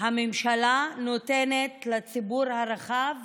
הממשלה נותנת לציבור הרחב